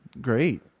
Great